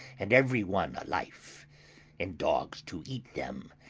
and every one a life and dogs to eat them,